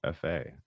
FA